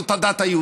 זאת הדת היהודית.